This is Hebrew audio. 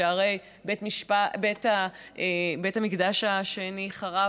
שהרי בית המקדש השני חרב